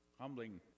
humbling